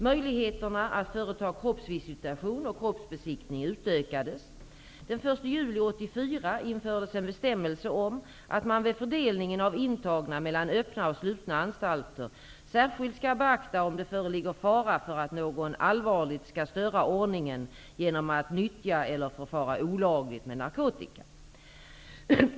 Möjligheterna att företa kroppsvisitation och kroppsbesiktning utökades. Den 1 juli 1984 infördes en bestämmelse om att man vid fördelningen av intagna mellan öppna och slutna anstalter särskilt skall beakta om det föreligger fara för att någon allvarligt skall störa ordningen genom att nyttja eller förfara olagligt med narkotika.